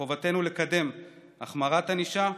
חובתנו לקדם החמרת ענישה.